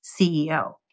CEO